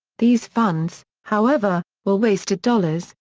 these funds, however, were wasted dollars,